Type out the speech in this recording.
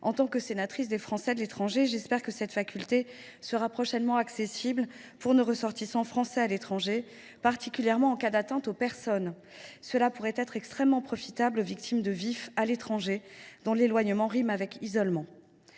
En tant que sénatrice des Français de l’étranger, j’espère que cette faculté sera prochainement accessible à nos ressortissants français à l’étranger, particulièrement en cas d’atteinte aux personnes. Cette possibilité pourrait être extrêmement profitable aux victimes de violences intrafamiliales (VIF) à l’étranger, dont l’éloignement rime avec isolement.